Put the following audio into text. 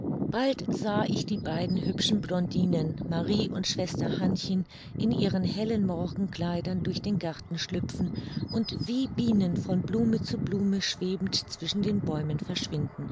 bald sah ich die beiden hübschen blondinen marie und schwester hannchen in ihren hellen morgenkleidern durch den garten schlüpfen und wie bienen von blume zu blume schwebend zwischen den bäumen verschwinden